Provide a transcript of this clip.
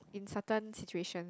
in certain situations